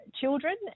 children